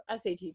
SAT